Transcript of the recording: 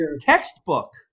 textbook